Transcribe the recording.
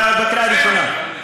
בקריאה ראשונה.